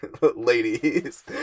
Ladies